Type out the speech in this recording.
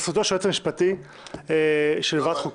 של היועץ המשפטי של ועדת חוקה.